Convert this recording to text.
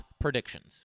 predictions